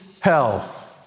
hell